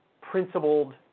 principled